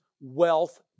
wealth